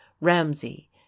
Ramsey